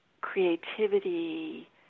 creativity